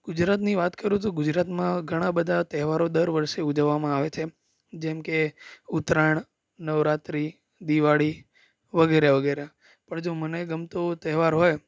ગુજરાતની વાત કરું તો ગુજરાતમાં ઘણા બધા તહેવારો દર વર્ષે ઉજવવામાં આવે છે જેમ કે ઉત્તરાયણ નવરાત્રિ દિવાળી વગેરે વગેરે પણ જો મને ગમતો તહેવાર હોય